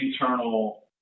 internal